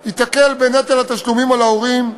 היא תקל באמת את התשלומים של ההורים,